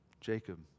Jacob